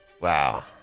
wow